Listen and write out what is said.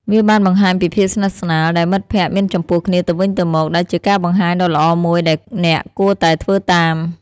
វាបានបង្ហាញពីភាពស្និទ្ធស្នាលដែលមិត្តភក្តិមានចំពោះគ្នាទៅវិញទៅមក ដែលជាការបង្ហាញដ៏ល្អមួយដែលអ្នកគួរតែធ្វើតាម។